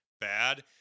bad